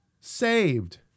saved